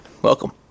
Welcome